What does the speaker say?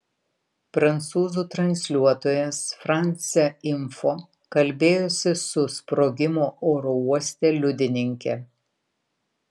prancūzų transliuotojas france info kalbėjosi su sprogimo oro uoste liudininke